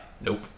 Nope